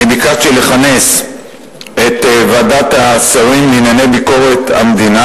ביקשתי לכנס את ועדת השרים לענייני ביקורת המדינה,